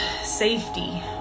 safety